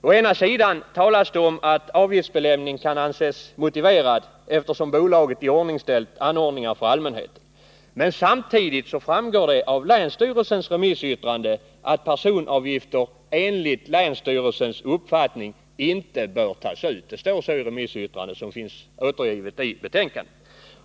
Det talas om att avgiftsbeläggningen kan anses motiverad eftersom bolaget iordningställt anordningar för allmänhe ten. Men samtidigt framgår det av länsstyrelsens remissyttrande att personavgifter enligt länsstyrelsens uppfattning inte bör tas ut. Det står så i remissyttrandet som finns återgivet i betänkandet.